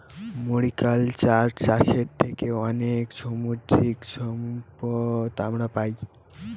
mariculture চাষের থেকে অনেক সামুদ্রিক সম্পদ আমরা পাই